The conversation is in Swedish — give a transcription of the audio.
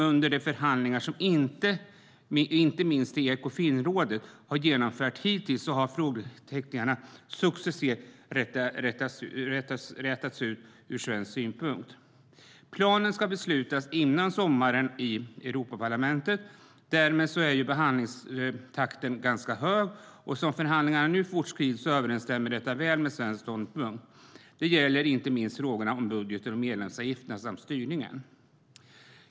Under de förhandlingar som inte minst Ekofinrådet har genomfört har frågetecknen successivt rätats ut ur svensk synpunkt. Planen ska beslutas i Europaparlamentet före sommaren. Därmed är behandlingstakten ganska hög. Som förhandlingarna nu fortskrider överensstämmer detta väl med den svenska ståndpunkten. Det gäller inte minst frågorna om budgeten och medlemsavgiften samt styrningen.